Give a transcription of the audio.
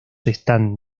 están